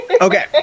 Okay